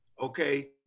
okay